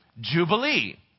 Jubilee